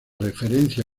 referencia